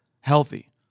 healthy